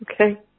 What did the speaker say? Okay